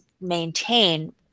maintain